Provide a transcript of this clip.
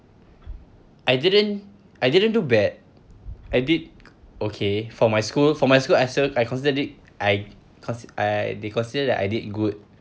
I didn't I didn't do bad I did okay for my school for my school I sir~ I consider it I cons~ I they considered that I did good